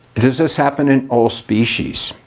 does this happen in all species?